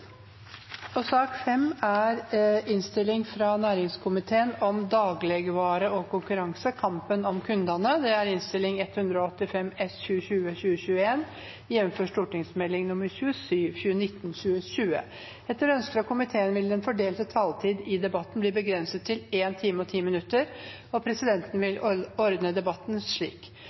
til sak nr. 4. Etter ønske fra næringskomiteen vil den fordelte taletid i debatten bli begrenset til 1 time og 10 minutter, og presidenten vil ordne debatten slik: